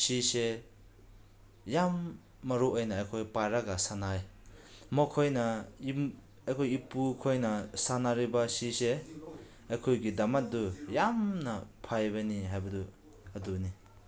ꯁꯤꯁꯦ ꯌꯥꯝ ꯃꯔꯨ ꯑꯣꯏꯅ ꯑꯩꯈꯣꯏ ꯄꯥꯔꯒ ꯁꯥꯟꯅꯩ ꯃꯈꯣꯏꯅ ꯌꯨꯝ ꯑꯩꯈꯣꯏ ꯏꯄꯨꯈꯣꯏꯅ ꯁꯥꯟꯅꯔꯤꯕꯁꯤꯁꯦ ꯑꯩꯈꯣꯏꯒꯤꯗꯃꯛꯇꯨ ꯌꯥꯝꯅ ꯐꯕꯅꯤ ꯍꯥꯏꯕꯗꯨ ꯑꯗꯨꯅꯤ